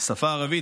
השפה הערבית,